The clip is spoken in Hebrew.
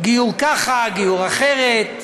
גיור ככה, גיור אחרת,